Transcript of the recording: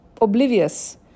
oblivious